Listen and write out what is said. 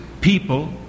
people